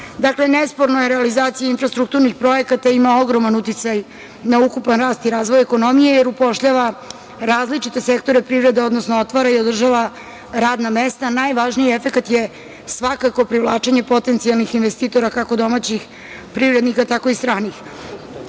nesporno je, realizacija infrastrukturnih projekata ima ogroman uticaj na ukupan rast i razvoj ekonomije, jer upošljava različite sektore privrede, odnosno otvara i održava radna mesta. Najvažniji efekat je svakako privlačenje potencijalnih investitora, kako domaćih privrednika, tako i stranih. Smatram,